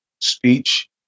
speech